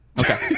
Okay